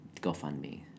GoFundMe